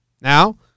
Now